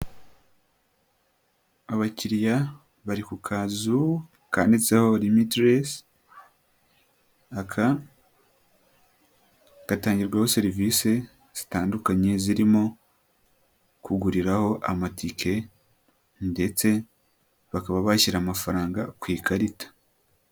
Abakiriya bari ku kazu kanditseho limitless, aka gatangirwaho serivise zitandukanye zirimo kuguriraho amatike ndetse bakaba bashyira amafaranga ku ikarita.